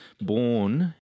born